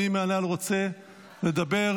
מי מהנ"ל רוצה לדבר?